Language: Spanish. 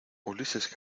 ulises